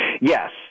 Yes